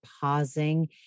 pausing